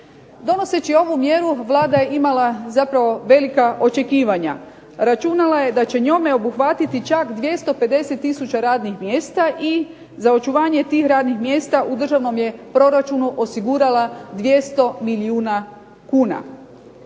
Donoseći ovu mjeru Vlada je imala zapravo velika očekivanja. Računala je da će njome obuhvatiti čak 250 tisuća radnih mjesta i za očuvanje tih radnih mjesta u državnom je proračunu osigurala 200 milijuna kuna.